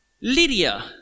Lydia